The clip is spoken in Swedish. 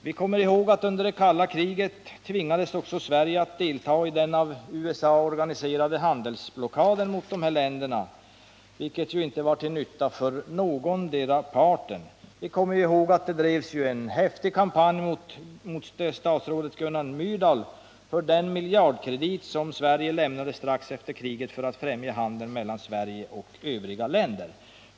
Vi kommer ihåg att under det kalla kriget tvingades också Sverige att delta i den av USA organiserade handelsblockaden mot dessa länder, vilken ju inte var till nytta för någondera parten. Vi kommer också ihåg att det bedrevs en häftig kampanj mot statsrådet Gunnar Myrdal för den miljardkredit som Sverige lämnade strax efter kriget för att främja handeln mellan Sverige och övriga länder.